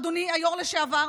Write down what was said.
אדוני היו"ר לשעבר,